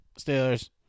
Steelers